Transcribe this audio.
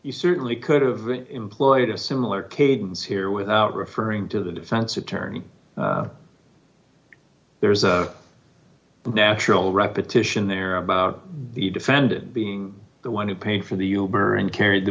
you certainly could have employed a similar cadence here without referring to the defense attorney there's a natural repetition there about the defendant being the one who paid for the uber and carried the